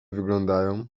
wyglądają